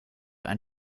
ein